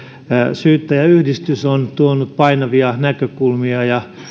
syyttäjäyhdistys on tuonut painavia näkökulmia ja